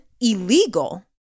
illegal